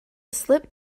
slip